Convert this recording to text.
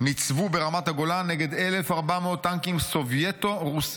ניצבו ברמת הגולן נגד 1,400 טנקים סובייטו-סוריים,